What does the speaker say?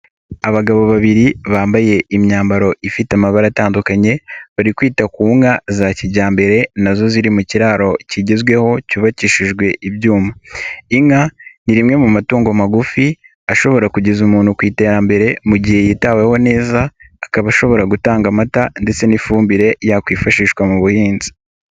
Abagabo babiri bambaye imyambaro ifite amabara atandukanye bari kwita ku nka za kijyambere nazo ziri mu kiraro kigezweho cyubakishijwe ibyuma inka ni rimwe mu matungo magufi ashobora kugeza umuntu ku iterambere mu gihe yitaweho neza akaba ashobora gutanga amata ndetse n'ifumbire yakwifashishwa mu buhinzi.